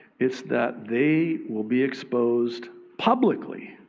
it's that they will be exposed publicly